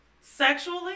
Sexually